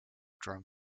drunk